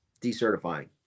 decertifying